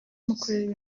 amukorera